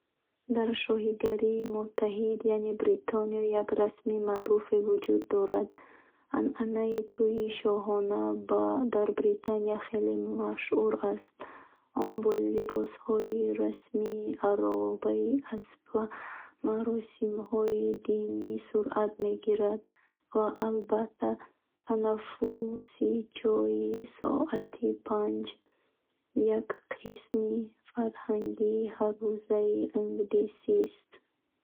Дар Шоҳигарии Муттаҳид яъне Британия як расми маъруф вуҷуд дорад. Анъанаи тӯйи шоҳона дар Британия хеле машҳур аст. Он бо либосҳои расмӣ, аробаи аспӣ ва маросимҳои динӣ сурат мегирад. Ва албатта, танаффуси чойи соати панҷ — як қисми фарҳанги ҳаррӯзаи англисист.